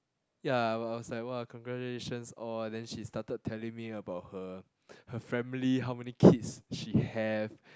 ya I I was like !wah! congratulations all then she started telling me about her her family how many kids she have